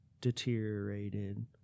deteriorated